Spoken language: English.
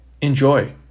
enjoy